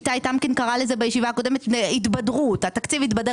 אסתי קראה לזה בישיבה הקודמת התבדרות התקציב התבדר